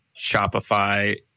Shopify